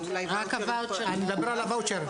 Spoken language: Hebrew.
אני מדבר על הוואוצ'ר.